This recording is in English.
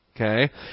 Okay